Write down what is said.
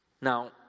Now